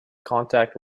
contact